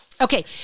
Okay